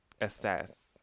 assess